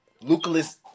Lucas